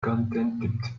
contempt